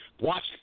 watch